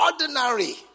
ordinary